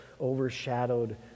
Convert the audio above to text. overshadowed